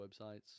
websites